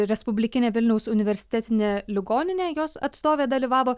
respublikinė vilniaus universitetinė ligoninė jos atstovė dalyvavo